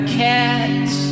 catch